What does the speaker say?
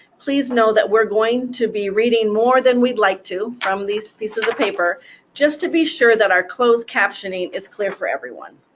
please know that we're going to be reading more than we'd like to from these pieces of paper just to be sure that our closed captioning is clear for everyone.